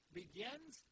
begins